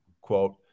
quote